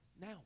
now